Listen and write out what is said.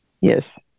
Yes